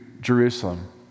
Jerusalem